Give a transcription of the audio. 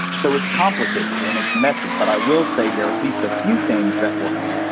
so it's complicated, and it's messy. but i will say there are at least a few things that will help.